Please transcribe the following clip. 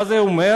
מה זה אומר?